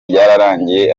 byararangiye